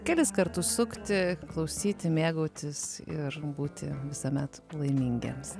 kelis kartus sukti klausyti mėgautis ir būti visuomet laimingiems